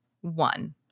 one